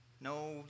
No